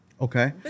Okay